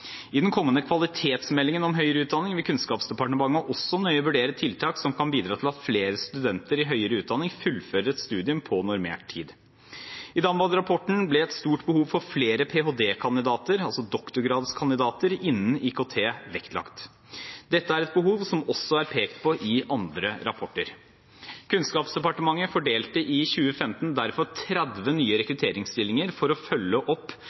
I den kommende kvalitetsmeldingen om høyere utdanning vil Kunnskapsdepartementet også nøye vurdere tiltak som kan bidra til at flere studenter i høyere utdanning fullfører et studium på normert tid. I DAMVAD-rapporten ble et stort behov for flere ph.d.-kandidater, altså doktorgradskandidater, innen IKT vektlagt. Dette er et behov som også er pekt på i andre rapporter. Kunnskapsdepartementet fordelte i 2015 derfor 30 nye rekrutteringsstillinger for å følge opp